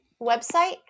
Website